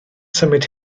symud